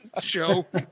joke